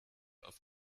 auf